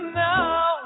now